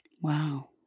Wow